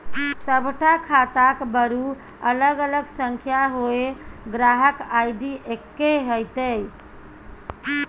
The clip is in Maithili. सभटा खाताक बरू अलग अलग संख्या होए ग्राहक आई.डी एक्के हेतै